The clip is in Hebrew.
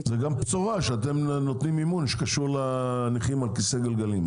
זה גם בשורה שאתם נותנים מימון שקשור לנכים על כיסא גלגלים.